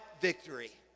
victory